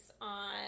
on